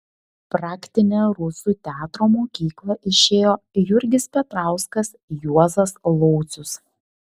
praktinę rusų teatro mokyklą išėjo jurgis petrauskas juozas laucius